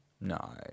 No